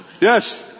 Yes